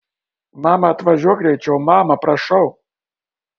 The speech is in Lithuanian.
mama atvažiuok greičiau mama prašau